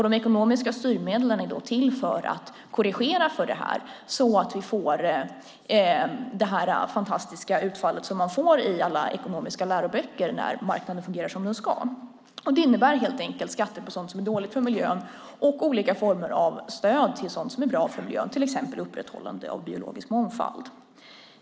De ekonomiska styrmedlen är då till för att korrigera för det här så att vi får det fantastiska utfall som man i alla ekonomiska läroböcker får när marknaden fungerar som den ska. Det innebär helt enkelt skatter på sådant som är dåligt för miljön och olika former av stöd till sådant som är bra för miljön, till exempel upprätthållande av biologisk mångfald.